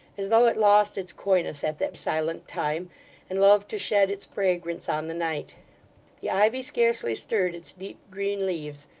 as though it lost its coyness at that silent time and loved to shed its fragrance on the night the ivy scarcely stirred its deep green leaves.